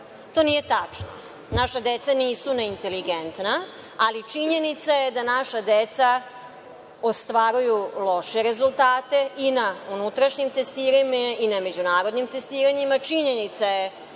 To nije tačno. Naša deca nisu neinteligentna, ali činjenica je da naša deca ostvaruju loše rezultate i na unutrašnjem testiranju i na međunarodnim testiranjima. Činjenica je